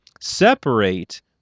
separate